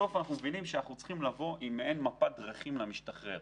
אנחנו מבינים שאנחנו צריכים לבוא עם מעין מפת דרכים למשתחרר